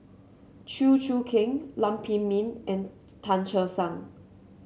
Chew Choo Keng Lam Pin Min and Tan Che Sang